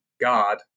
God